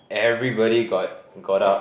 everybody got got up